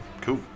cool